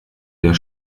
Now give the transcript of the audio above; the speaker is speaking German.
der